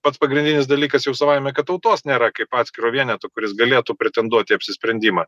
pats pagrindinis dalykas jau savaime kad tautos nėra kaip atskiro vieneto kuris galėtų pretenduot į apsisprendimą